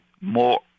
more